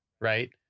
right